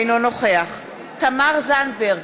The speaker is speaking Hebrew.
אינו נוכח תמר זנדברג,